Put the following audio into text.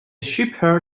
shepherd